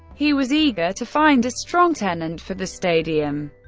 he was eager to find a strong tenant for the stadium,